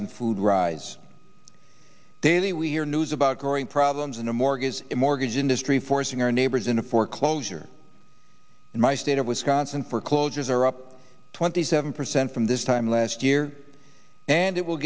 and food rise daily we hear news about growing problems in the mortgages a mortgage industry forcing our neighbors into foreclosure in my state of wisconsin foreclosures are up twenty seven percent from this time last year and it will